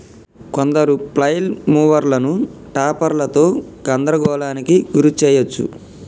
కొందరు ఫ్లైల్ మూవర్లను టాపర్లతో గందరగోళానికి గురి చేయచ్చు